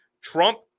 Trump